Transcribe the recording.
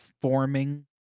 forming